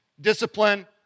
discipline